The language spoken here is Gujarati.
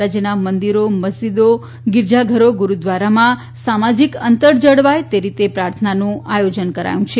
રાજ્યના મંદિરો મસ્જીદો ગીરજાઘરો ગુરૂદ્વારામાં સામાજીક અંતર જળવાય તે રીતે પ્રાર્થનાનું આયોજન કરી રહ્યા છે